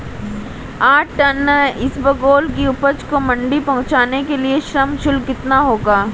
आठ टन इसबगोल की उपज को मंडी पहुंचाने के लिए श्रम शुल्क कितना होगा?